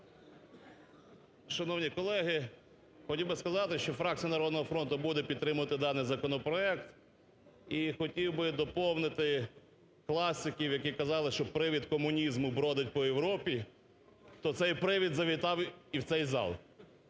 Шановні колеги, хотів би сказати, що фракція "Народного фронту" буде підтримувати даний законопроект. І хотів би доповнити класиків, які казали, що привид комунізму бродить по Європі, то цей привид завітав і в цей зал,